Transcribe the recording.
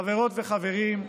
חברות וחברים,